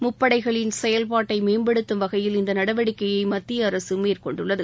முப்படைகளின் செயல்பாட்டை மேம்படுத்தம் வகையில் இந்த நடவடிக்கையை மத்திய அரசு மேற்கொண்டுள்ளது